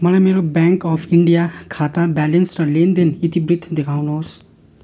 मलाई मेरो bank of India खाता ब्यालेन्स र लेनदेन इतिवृत्त देखाउनुहोस्